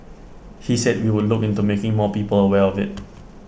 he said he would look into making more people aware of IT